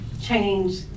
change